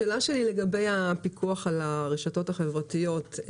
השאלה שלי לגבי הפיקוח על הרשתות החברתיות.